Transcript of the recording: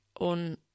on